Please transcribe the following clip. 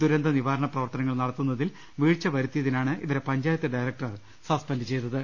ദുരന്തനിവാരണ പ്രവർത്തനങ്ങൾ നടത്തു ന്നതിൽ വീഴ്ച വരുത്തിയതിനാണ് ഇവരെ പഞ്ചായത്ത് ഡയറക്ടർ സസ്പെൻഡ് ചെയ്തത്